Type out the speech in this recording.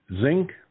Zinc